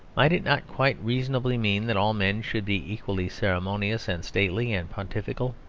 might it not quite reasonably mean that all men should be equally ceremonious and stately and pontifical?